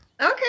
Okay